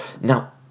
Now